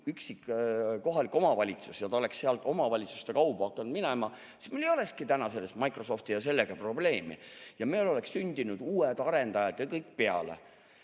üksik kohalik omavalitsus ja see oleks seal omavalitsuste kaudu hakanud minema, siis meil ei olekski täna Microsofti ja sellega probleemi ja meil oleks sündinud uued arendajad ja kõik peale.